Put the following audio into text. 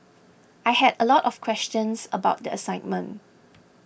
I had a lot of questions about the assignment